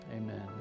Amen